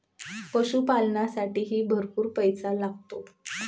पशुपालनालासाठीही भरपूर पैसा लागतो